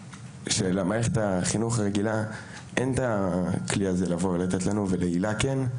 שלמערכת החינוך הרגילה אין את הכלי הזה לבוא ולתת לנו ולהיל"ה כן.